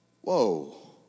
whoa